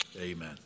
amen